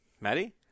Maddie